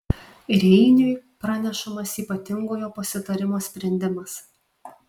reiniui pranešamas ypatingojo pasitarimo sprendimas